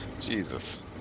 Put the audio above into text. Jesus